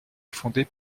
fondée